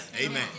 Amen